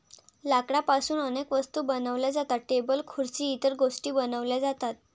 लाकडापासून अनेक वस्तू बनवल्या जातात, टेबल खुर्सी इतर गोष्टीं बनवल्या जातात